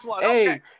Hey